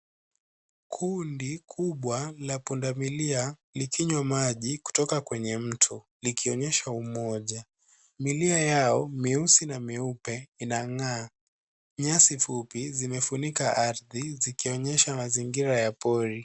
Kundi kubwa la pundamilia likinywa maji kutoka kwenye mto likionyesha umoja. Milia yao meusi na meupe inang'aa. Nyasi fupi zimefunika ardhi zikionyesha mazingira ya pori.